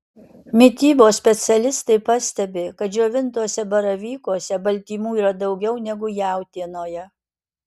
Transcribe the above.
mitybos specialistai pastebi kad džiovintuose baravykuose baltymų yra daugiau negu jautienoje